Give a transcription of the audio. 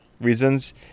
reasons